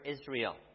Israel